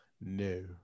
No